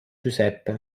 giuseppe